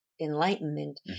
enlightenment